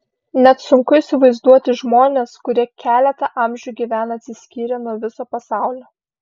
net sunku įsivaizduoti žmones kurie keletą amžių gyvena atsiskyrę nuo viso pasaulio